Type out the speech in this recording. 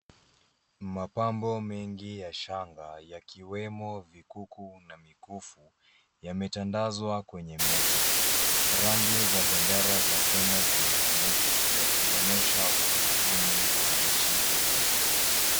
Mapambo mengi ya shanga yakiwemo vikuku na mikufu yametandazwa kwenye meza. Rangi za bendera za Kenya zimetumika yakionyesha utamaduni wa nji ya Kenya.